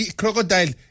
crocodile